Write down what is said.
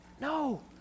No